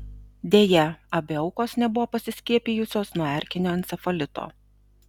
deja abi aukos nebuvo pasiskiepijusios nuo erkinio encefalito